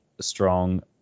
strong